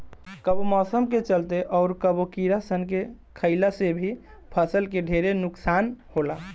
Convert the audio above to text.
कबो मौसम के चलते, अउर कबो कीड़ा सन के खईला से भी फसल के ढेरे नुकसान होला